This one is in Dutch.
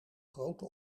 grote